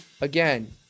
again